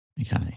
Okay